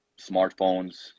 smartphones